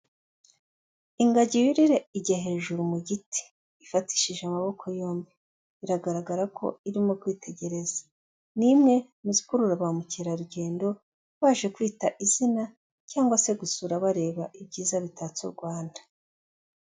Ingagi yurire ijya hejuru mu giti, ifatishije amaboko yombi, biragaragara ko irimo kwitegereza, ni imwe mu zikurura ba mukerarugendo baje kwita izina cyangwa se gusura bareba ibyiza bitatse u Rwanda.